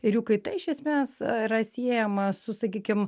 ir jų kaita iš esmės yra siejama su sakykim